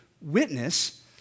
witness